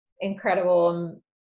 incredible